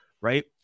right